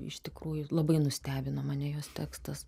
iš tikrųjų labai nustebino mane jos tekstas